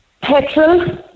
Petrol